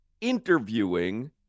interviewing